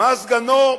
מה סגנו,